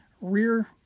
rear